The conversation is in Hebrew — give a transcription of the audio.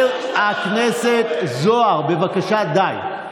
אתם, הרפורמים, חבר הכנסת זוהר, בבקשה, די.